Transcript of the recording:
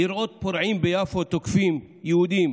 לראות פורעים ביפו תוקפים יהודים